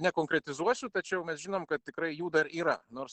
nekonkretizuosiu tačiau mes žinom kad tikrai jų dar yra nors